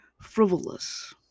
frivolous